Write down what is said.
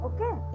Okay